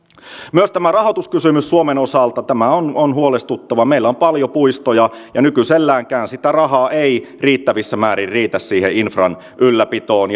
myös tämä rahoituskysymys suomen osalta on on huolestuttava meillä on paljon puistoja ja nykyiselläänkään sitä rahaa ei riittävissä määrin riitä siihen infran ylläpitoon